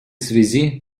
связи